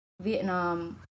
Vietnam